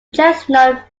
chestnut